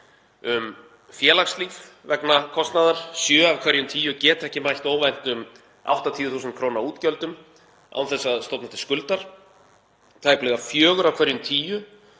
félagslíf vegna kostnaðar. Sjö af hverjum tíu geta ekki mætt óvæntum 80.000 kr. útgjöldum án þess að stofna til skuldar. Tæplega fjögur af hverjum